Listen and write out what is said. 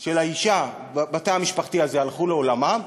של האישה בתא המשפחתי הזה הלכו לעולמם,